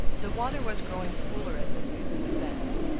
the water was growing cooler as the season advanced.